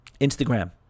Instagram